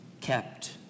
Kept